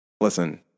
listen